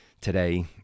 today